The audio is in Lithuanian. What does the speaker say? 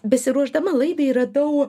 besiruošdama laidai radau